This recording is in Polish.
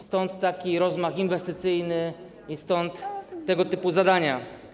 Stąd taki rozmach inwestycyjny i stąd tego typu zadania.